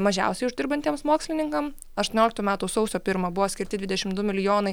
mažiausiai uždirbantiems mokslininkam aštuonioliktų metų sausio pirmą buvo skirti dvidešim du milijonai